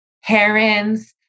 herons